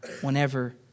whenever